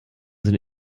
sind